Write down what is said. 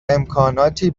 امکاناتی